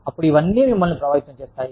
అప్పుడు ఇవన్నీ మిమ్మల్ని ప్రభావితం చేస్తాయి